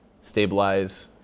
stabilize